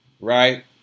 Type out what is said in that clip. Right